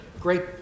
great